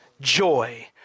joy